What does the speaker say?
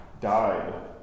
died